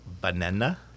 banana